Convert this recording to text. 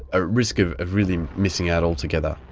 ah risk of of really missing out altogether,